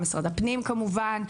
משרד הפנים כמובן,